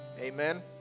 Amen